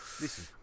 Listen